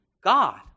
God